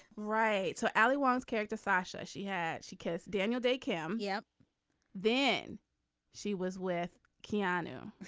right. so ali wong's character sasha. she had she kissed daniel de kim. yeah then she was with keanu